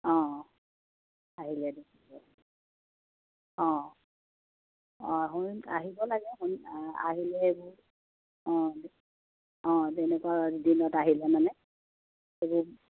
অঁ আহিলে অঁ অঁ আহিব লাগে আহিলে এইবোৰ অঁ অঁ তেনেকুৱা দিনত আহিলে মানে এইবোৰ